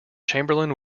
chamberlain